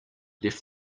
left